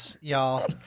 y'all